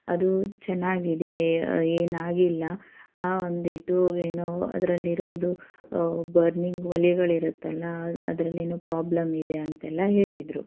ಅದೂ ಚೆನ್ನಾಗಿದೆ ಏನಾಗಿಲ್ಲ ಆ ಒಂದು ಟು ಏನೋ ಅದ್ರಲ್ಲಿರೋದು ಬರ್ನಿಂಗ್ ಒಲೆಗಳಿರುತ್ತಲ್ಲ ಅದರಲ್ಲೇನೋ ಪ್ರಾಬ್ಲಮ್ ಇದೆ ಅಂತೆಲ್ಲ ಹೇಳಿದರು